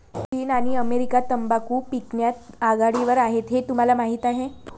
चीन आणि अमेरिका तंबाखू पिकवण्यात आघाडीवर आहेत हे तुम्हाला माहीत आहे